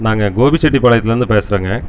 நாங்கள் கோபிச்செட்டி பாளையத்தில் இருந்து பேசுகிறேங்க